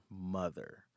mother